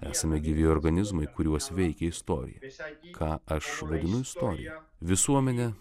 esame gyvi organizmai kuriuos veikia istorija ką aš vadinu istorija visuomenę